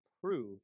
prove